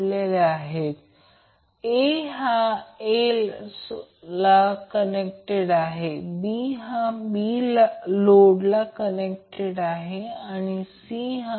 त्याचप्रमाणे येथे म्हणजे याचा अर्थ असा की बॅलन्स Y कनेक्टेड लोडसाठी Z1 Z2 Z3 ZY